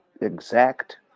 exact